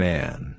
Man